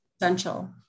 essential